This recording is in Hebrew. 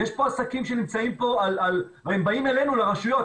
יש פה עסקים שנמצאים והם באים אלינו לרשויות,